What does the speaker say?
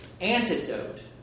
antidote